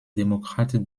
démocrate